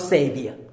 Savior